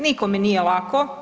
Nikome nije lako.